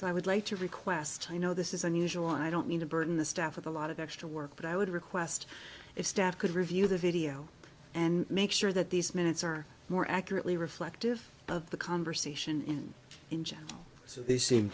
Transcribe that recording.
so i would like to request you know this is unusual i don't need to burden the staff of a lot of extra work but i would request if staff could review the video and make sure that these minutes or more accurately reflective of the conversation in engine so they seem